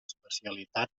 especialitat